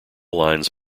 lines